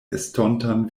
estontan